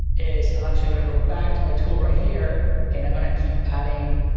is i'm actually gonna go back to my tool right here and i'm gonna keep adding.